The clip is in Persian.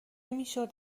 میشد